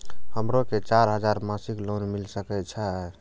हमरो के चार हजार मासिक लोन मिल सके छे?